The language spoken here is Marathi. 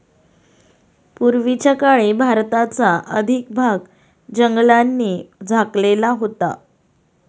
पूर्वीच्या काळी भारताचा अधिक भाग जंगलांनी झाकलेला होता